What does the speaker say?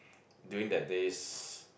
during that days